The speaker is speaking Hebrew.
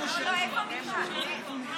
שניים נמנעים, אין מתנגדים.